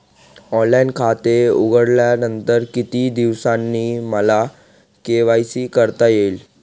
Online खाते उघडल्यानंतर किती दिवसांनी मला के.वाय.सी करता येईल?